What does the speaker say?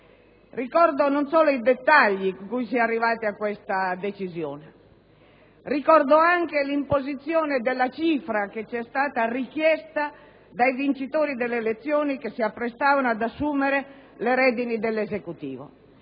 ricordo non solo i dettagli con cui si è arrivati a questa decisione, ma anche l'imposizione della cifra, che ci è stata richiesta dai vincitori delle elezioni che si apprestavano ad assumere le redini dell'Esecutivo,